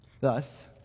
Thus